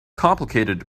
complicated